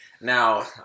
Now